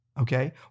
okay